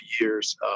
years